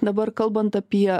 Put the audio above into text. dabar kalbant apie